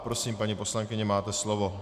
Prosím, paní poslankyně, máte slovo.